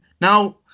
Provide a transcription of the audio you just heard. Now